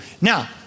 Now